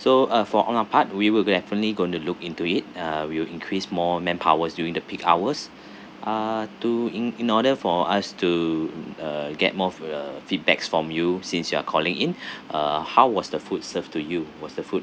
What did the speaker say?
so uh for on our part we will definitely going to look into it uh we will increase more manpowers during the peak hours uh to in in order for us to uh get more of a feedback from you since you are calling in uh how was the food served to you was the food